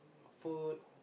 food